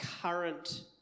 current